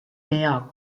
pea